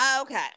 Okay